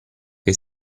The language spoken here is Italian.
che